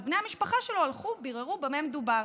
אז בני המשפחה שלו ביררו במה מדובר.